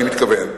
אני מתכוון,